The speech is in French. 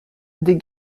des